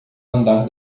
andar